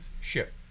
ship